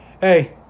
Hey